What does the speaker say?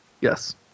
Yes